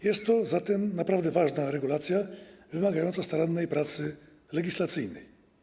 Jest to zatem naprawdę ważna regulacja, wymagająca starannej pracy legislacyjnej.